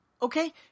Okay